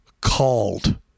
called